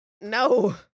No